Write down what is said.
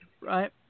right